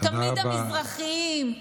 תמיד המזרחים,